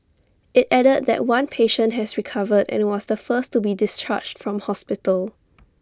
IT added that one patient has recovered and was the first to be discharged from hospital